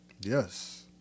Yes